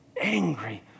angry